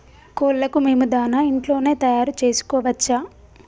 కోళ్లకు మేము దాణా ఇంట్లోనే తయారు చేసుకోవచ్చా?